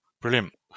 Brilliant